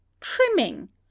trimming